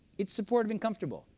it's supportive and comfortable.